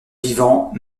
vivant